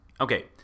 Okay